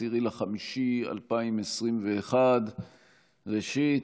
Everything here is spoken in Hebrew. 10 במאי 2021. ראשית,